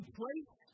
place